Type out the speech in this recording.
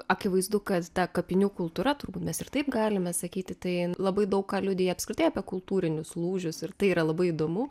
akivaizdu kad ta kapinių kultūra turbūt mes ir taip galime sakyti tai labai daug ką liudija apskritai apie kultūrinius lūžius ir tai yra labai įdomu